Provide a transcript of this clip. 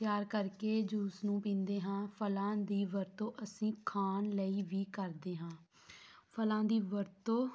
ਤਿਆਰ ਕਰਕੇ ਜੂਸ ਨੂੰ ਪੀਂਦੇ ਹਾਂ ਫਲਾਂ ਦੀ ਵਰਤੋਂ ਅਸੀਂ ਖਾਣ ਲਈ ਵੀ ਕਰਦੇ ਹਾਂ ਫਲਾਂ ਦੀ ਵਰਤੋਂ